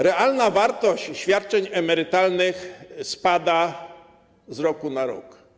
Realna wartość świadczeń emerytalnych spada z roku na rok.